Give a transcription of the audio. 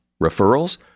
Referrals